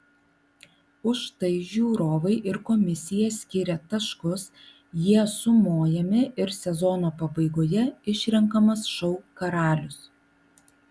už tai žiūrovai ir komisija skiria taškus jie sumojami ir sezono pabaigoje išrenkamas šou karalius